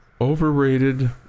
overrated